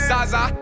Zaza